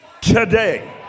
today